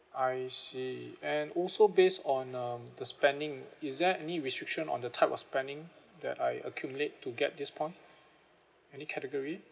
I see and also based on um the spending is there any restriction on the type of spending that I accumulate to get this point any category